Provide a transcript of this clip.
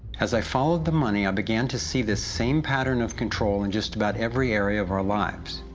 as i followed the money, i began to see the same pattern of control in just about every area of our lives.